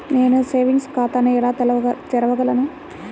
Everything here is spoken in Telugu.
నేను సేవింగ్స్ ఖాతాను ఎలా తెరవగలను?